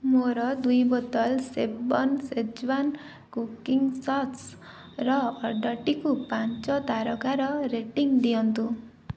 ମୋର ଦୁଇ ବୋତଲ ଶେଫବନ ସେଜୱାନ୍ କୁକିଂ ସସ୍ର ଅର୍ଡ଼ରଟିକୁ ପାଞ୍ଚ ତାରକାର ରେଟିଂ ଦିଅନ୍ତୁ